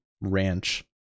ranch